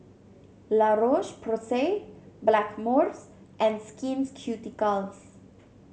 La Roche Porsay Blackmores and Skins Ceuticals